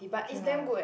okay lah